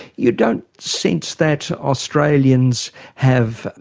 you don't sense that australians have,